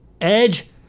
Edge